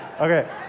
Okay